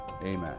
amen